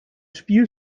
spiel